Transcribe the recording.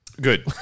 Good